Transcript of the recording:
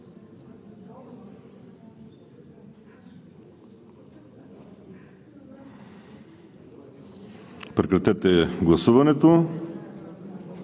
Прекратете гласуването,